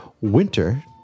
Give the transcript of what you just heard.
winter